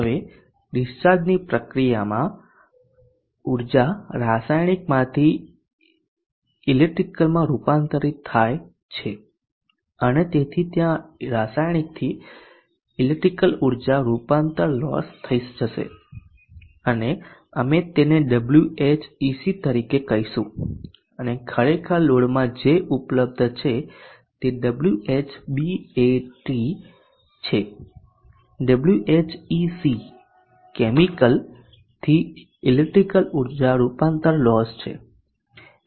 હવે ડીસ્ચાર્જની પ્રક્રિયામાં ઉર્જા રાસાયણિકમાંથી ઇલેક્ટ્રિકલમાં રૂપાંતરિત થાય છે અને તેથી ત્યાં રાસાયણિકથી ઇલેક્ટ્રિકલ ઉર્જા રૂપાંતર લોસ થઈ જશે અને અમે તેને Whece તરીકે કહીશું અને ખરેખર લોડમાં જે ઉપલબ્ધ છે તે Whbat છે Whce કેમિકલથી ઇલેક્ટ્રિકલ ઉર્જા રૂપાંતર લોસ છે